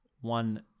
one